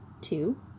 two